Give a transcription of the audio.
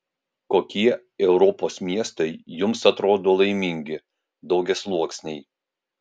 kokie europos miestai jums atrodo laimingi daugiasluoksniai